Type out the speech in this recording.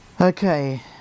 Okay